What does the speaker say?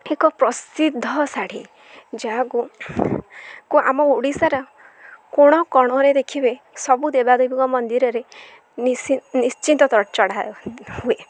ଏକ ପ୍ରସିଦ୍ଧ ଶାଢ଼ୀ ଯାହାକୁ କୁ ଆମ ଓଡ଼ିଶାର କୋଣ କୋଣରେ ଦେଖିବେ ସବୁ ଦେବାଦେବୀଙ୍କ ମନ୍ଦିରରେ ନିଶି ନିଶ୍ଚିନ୍ତ ଚଢ଼ା ହୁଏ